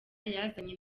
yazanye